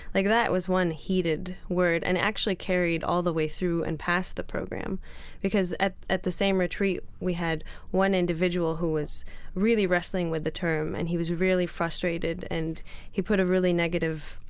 like that was one heated word and actually carried all the way through and past the program because, at at the same retreat, we had one individual who was really wrestling with the term and he was really frustrated and he put a really negative